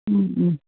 മ്മ് മ്മ്